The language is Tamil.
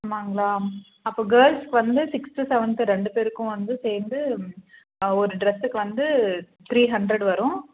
ஆமாங்களா அப்போ கேர்ல்ஸ்க்கு வந்து சிக்ஸ்த்து செவன்த் ரெண்டு பேருக்கும் வந்து சேர்ந்து ஆ ஒரு ட்ரெஸுக்கு வந்து த்ரீ ஹண்ட்ரெடு வரும்